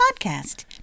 podcast